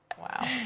Wow